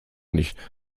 nicht